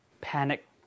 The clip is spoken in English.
panic